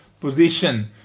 position